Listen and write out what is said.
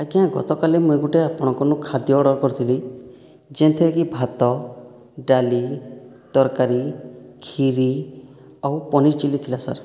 ଆଜ୍ଞା ଗତକାଲି ମୁଇଁ ଗୁଟେ ଆପଣଙ୍କର୍ନୁ ଖାଦ୍ୟ ଅର୍ଡ଼ର କରିଥିଲି ଯେନ୍ଥିରେକି ଭାତ ଡାଲି ତରକାରୀ ଖିରୀ ଆଉ ପନିର ଚିଲ୍ଲୀ ଥିଲା ସାର୍